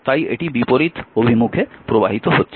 তাই এটি বিপরীত অভিমুখে প্রবাহিত হচ্ছে